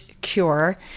Cure